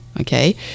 okay